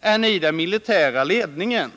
än i den militära ledningen.